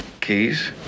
Keys